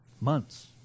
months